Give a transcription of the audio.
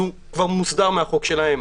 הוא כבר מוסדר מהחוק שלהם,